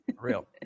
Real